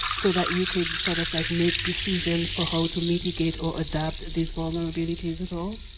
so, that you could sort of like make decisions for how to mitigate or adapt these vulnerabilities at all?